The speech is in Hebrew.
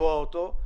ולצבוע אותו,